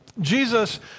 Jesus